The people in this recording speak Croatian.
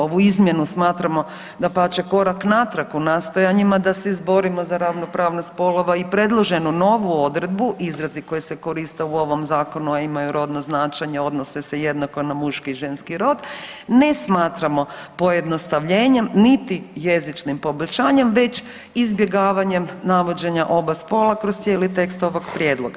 Ovu izmjenu smatramo dapače korak natrag u nastojanjima da se izborimo za ravnopravnost spolova i predloženu novu odredbu izrazi koje se koriste u ovom zakonu, a imaju rodno značenje odnose se jednako na muški i ženski rod ne smatramo pojednostavljenjem niti jezičnim poboljšanjem već izbjegavanjem navođenja oba spola kroz cijeli tekst ovog prijedloga.